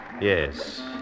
Yes